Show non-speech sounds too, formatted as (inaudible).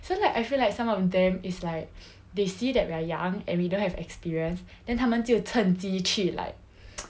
so like I feel like some of them is like they see that we are young and we don't have experience then 他们就趁机去 like (noise)